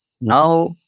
Now